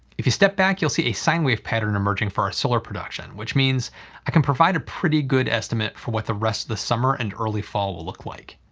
if you step back you'll see a sine wave pattern emerging for our solar production, which means i can provide a pretty good estimate for what the rest of the summer and early fall will look like.